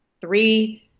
three